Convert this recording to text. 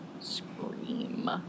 scream